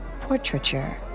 portraiture